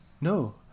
no